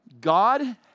God